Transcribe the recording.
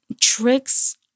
tricks